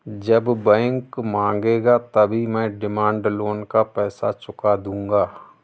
जब बैंक मांगेगा तभी मैं डिमांड लोन का पैसा चुका दूंगा